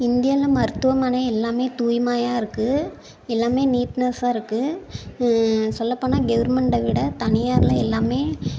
இந்தியாவில் மருத்துவமனை எல்லாமே தூய்மையாக இருக்குது எல்லாமே நீட்னஸாக இருக்குது சொல்லப்போனால் கவுர்மெண்ட விட தனியாரில் எல்லாமே